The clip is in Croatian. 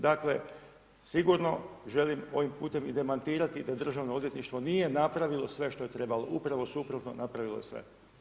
Dakle sigurno želim ovim putem i demantirati da državno odvjetništvo nije napravilo sve što je trebalo, upravo suprotno, napravilo je sve.